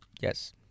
Yes